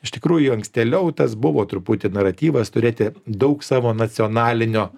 iš tikrųjų ankstėliau tas buvo truputį naratyvas turėti daug savo nacionalinio